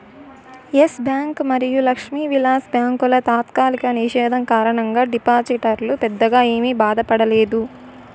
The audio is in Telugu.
ఎస్ బ్యాంక్ మరియు లక్ష్మీ విలాస్ బ్యాంకుల తాత్కాలిక నిషేధం కారణంగా డిపాజిటర్లు పెద్దగా ఏమీ బాధపడలేదు